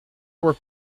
were